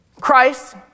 Christ